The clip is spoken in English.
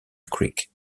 creek